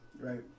right